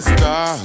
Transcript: Star